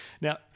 Now